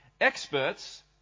experts